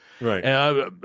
Right